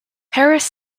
harris